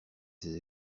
ses